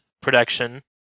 production